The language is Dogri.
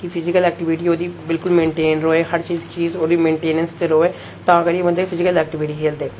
की फिजिकल एक्टीविटी ओह्दी मेनटेन र'वै हर चीज ओह्दी मेनटेंनेंस रवै तां करियै बंदे फिजिकल एक्टीविटी खेलदे